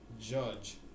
Judge